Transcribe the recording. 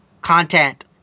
content